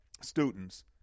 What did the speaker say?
students